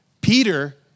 Peter